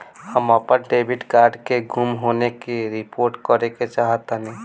हम अपन debit card के गुम होने की रिपोर्ट करे चाहतानी